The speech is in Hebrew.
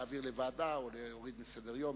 להעביר לוועדה או להוריד מסדר-היום.